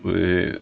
wait